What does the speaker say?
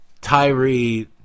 Tyree